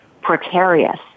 precarious